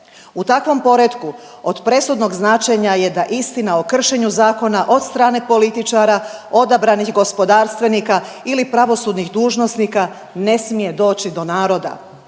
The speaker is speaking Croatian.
U takvom poretku od presudnog značenja je da istina o kršenju zakona od strane političara, odabranih gospodarstvenika ili pravosudnih dužnosnika ne smije doći do naroda